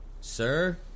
Sir